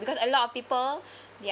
because a lot of people